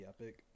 epic